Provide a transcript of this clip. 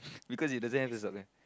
because he doesn't have the sock ah